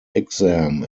exam